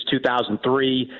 2003